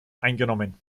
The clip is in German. eingenommen